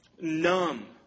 numb